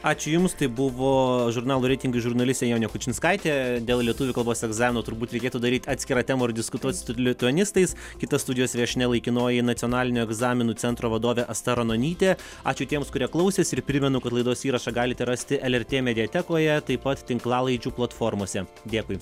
ačiū jums tai buvo žurnalo reitingai žurnalistė jonė kučinskaitė dėl lietuvių kalbos egzamino turbūt reikėtų daryt atskirą temą ir diskutuot lituanistais kita studijos viešnia laikinoji nacionalinio egzaminų centro vadovė asta ranonytė ačiū tiems kurie klausėsi ir primenu kad laidos įrašą galite rasti lrt mediatekoje taip pat tinklalaidžių platformose dėkui